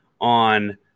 on